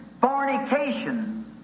fornication